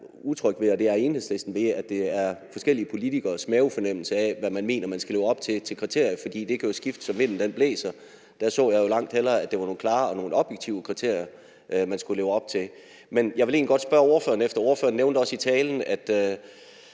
og Enhedslisten er utrygge ved, at det er forskellige politikeres mavefornemmelse af, hvad de mener man skal opfylde til af kriterier, for det kan jo skifte, som vinden blæser. Der så jeg jo langt hellere, at det var nogle klare og objektive kriterier, man skulle opfylde. Men jeg vil egentlig godt spørge ordføreren, for ordføreren nævnte også i talen, at